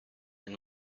and